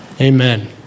Amen